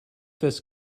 this